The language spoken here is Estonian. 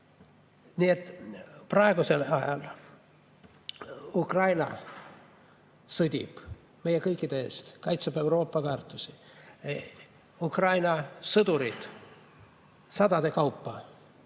Nii et praegusel ajal Ukraina sõdib meie kõikide eest, kaitseb Euroopa väärtusi. Ukraina sõdurid sadade kaupa